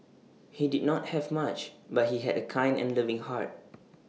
he did not have much but he had A kind and loving heart